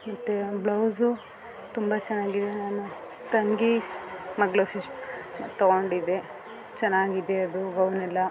ಮತ್ತು ಬ್ಲೌಸು ತುಂಬ ಚೆನ್ನಾಗಿದೆ ನನ್ನ ತಂಗಿ ಮಗಳು ಸುಶ್ ತಗೊಂಡಿದ್ದೆ ಚೆನ್ನಾಗಿದೆ ಅದು ಗೌನ್ ಎಲ್ಲ